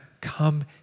come